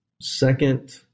Second